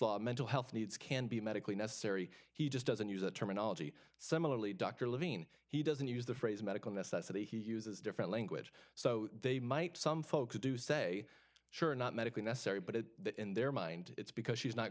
law mental health needs can be medically necessary he just doesn't use that terminology similarly dr levine he doesn't use the phrase medical necessity he uses different language so they might some folks do say sure not medically necessary but it that in their mind it's because she's not